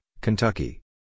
Kentucky